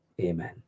amen